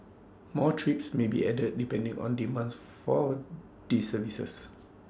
more trips may be added depending on demand for these services